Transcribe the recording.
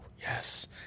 yes